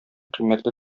кыйммәтле